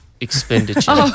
expenditure